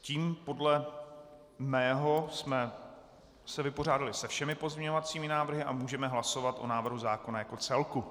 Tím jsme se podle mého vypořádali se všemi pozměňovacími návrhy a můžeme hlasovat o návrhu zákona jako celku.